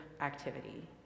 activity